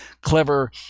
clever